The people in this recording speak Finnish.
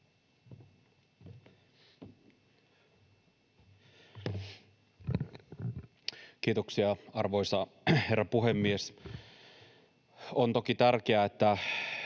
Content: Arvoisa herra puhemies! On toki tärkeää, että